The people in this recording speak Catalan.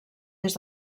des